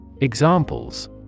Examples